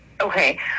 Okay